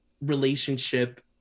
relationship